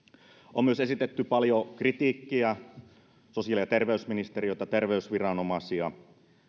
on myös esitetty paljon kritiikkiä sosiaali ja terveysministeriötä terveysviranomaisia